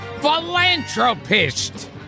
philanthropist